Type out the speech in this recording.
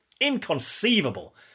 inconceivable